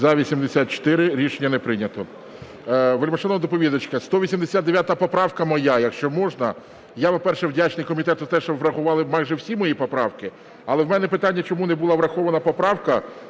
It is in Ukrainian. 14:47:03 СТЕФАНЧУК Р.О. Вельмишановна доповідачка, 189 поправка моя. Якщо можна? Я, по-перше, вдячний комітету, що врахували майже всі мої поправки. Але у мене питання. Чому не була врахована поправка,